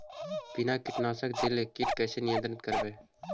बिना कीटनाशक देले किट कैसे नियंत्रन करबै?